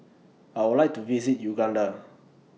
I Would like to visit Uganda